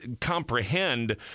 comprehend